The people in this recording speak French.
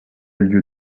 lieu